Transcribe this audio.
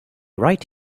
right